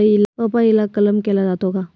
पपईला कलम केला जातो का?